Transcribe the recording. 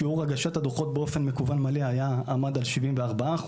שיעור הגשת הדוחות באופן מקוון מלא עמד על 74%,